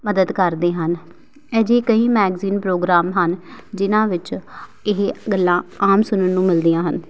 ਮਦਦ ਕਰਦੇ ਹਨ ਇਹੋ ਜਿਹੇ ਕਈ ਮੈਗਜ਼ੀਨ ਪ੍ਰੋਗਰਾਮ ਹਨ ਜਿਨ੍ਹਾਂ ਵਿੱਚ ਇਹ ਗੱਲਾਂ ਆਮ ਸੁਣਨ ਨੂੰ ਮਿਲਦੀਆਂ ਹਨ